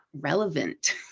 relevant